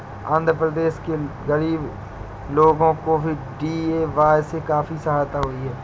आंध्र प्रदेश के गरीब लोगों को भी डी.ए.वाय से काफी सहायता हुई है